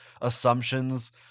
assumptions